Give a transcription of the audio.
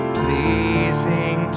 pleasing